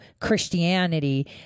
Christianity